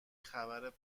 خبر